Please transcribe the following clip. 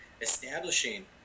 establishing